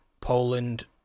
Poland